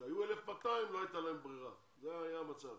כשהיו 1,200 לא הייתה להם ברירה, זה היה המצב.